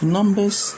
Numbers